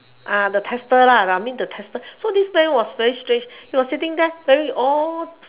uh the tester lah I mean the tester so this man was very strange he was sitting there wearing all